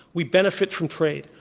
we benefit from trade.